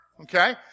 Okay